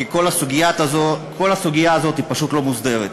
כי כל הסוגיה הזאת היא פשוט לא מוסדרת.